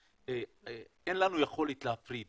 אין לנו יכולת להפריד